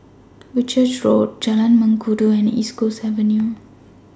Whitchurch Road Jalan Mengkudu and East Coast Avenue